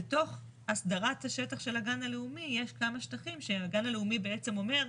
בתוך הסדרת השטח של הגן הלאומי יש כמה שטחים שהגן הלאומי בעצם אומר,